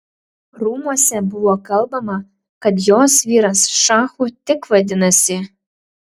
rūmuose buvo kalbama kad jos vyras šachu tik vadinasi